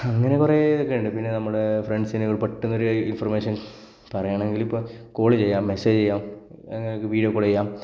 അങ്ങനെ കുറേ ഇതൊക്കെയുണ്ട് പിന്നെ നമ്മൾ ഫ്രണ്ട്സിനെ പെട്ടെന്നൊരു ഇന്ഫോര്മേഷന് പറയണമെങ്കിലിപ്പോൾ കോൾ ചെയ്യാം മെസ്സേജ് ചെയ്യാം അങ്ങനെ വീഡിയോ കോൾ ചെയ്യാം